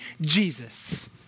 Jesus